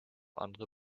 andere